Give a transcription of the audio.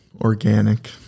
Organic